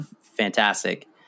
fantastic